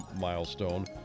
milestone